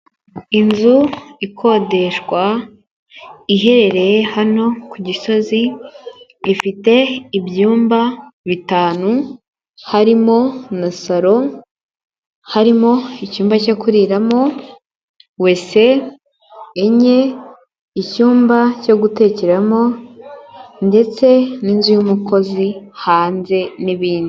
Inzu ikodeshwa ihererereye hano ku Gisozi, ifite ibyumba bitanu harimo na saro harimo icyumba cyo kuriramo, wese enye, icyumba cyo gutekeramo ndetse n'inzu y'umukozi hanze n'ibindi.